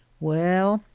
well,